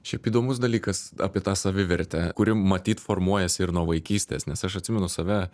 šiaip įdomus dalykas apie tą savivertę kuri matyt formuojasi ir nuo vaikystės nes aš atsimenu save